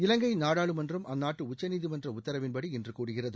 இவங்கை நாடாளுமன்றம் அந்நாட்டு உச்சநீதிமன்ற உத்தரவின்படி இன்று கூடுகிறது